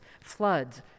floods